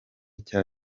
cya